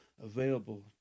available